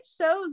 shows